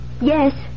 Yes